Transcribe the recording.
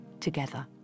together